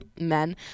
men